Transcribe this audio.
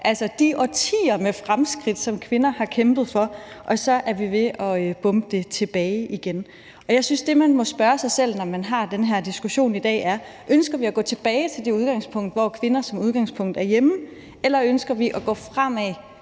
efter de årtier med fremskridt, som kvinder har kæmpet for, er ved at bombe det tilbage igen. Jeg synes, at det, man må spørge sig selv om, når man har den diskussion i dag, er: Ønsker vi at gå tilbage til, at kvinder som udgangspunkt går hjemme, eller ønsker vi at gå fremad